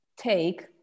take